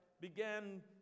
began